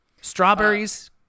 Strawberries